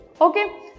Okay